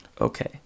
Okay